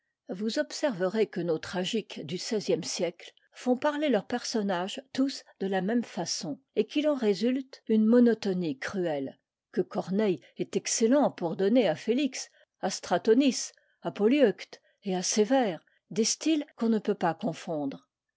vous observerez que nos tragiques du xvie siècle font parler leurs personnages tous de la même façon et qu'il en résulte une monotonie cruelle que corneille est excellent pour donner à félix à stratonice à polyeucte et à sévère des styles qu'on ne peut pas confondre